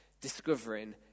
discovering